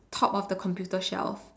top of the computer shelf